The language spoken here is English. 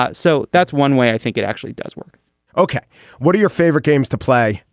ah so that's one way i think it actually does work ok what are your favorite games to play.